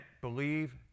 believe